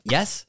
Yes